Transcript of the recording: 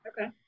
Okay